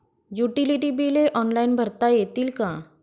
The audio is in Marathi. युटिलिटी बिले ऑनलाईन भरता येतील का?